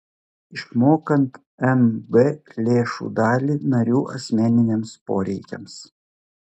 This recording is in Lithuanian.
išmokant mb lėšų dalį narių asmeniniams poreikiams